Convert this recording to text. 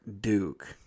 Duke